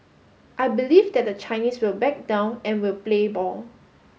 I believe that the Chinese will back down and will play ball